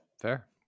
Fair